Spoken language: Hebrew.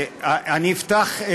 אני אפתח,